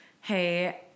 hey